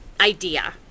idea